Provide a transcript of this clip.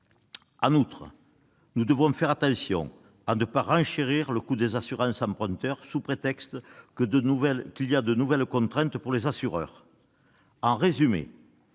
En outre, nous devons faire attention à ne pas renchérir le coût des assurances emprunteurs sous prétexte de nouvelles contraintes pour les assureurs.